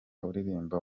uririmba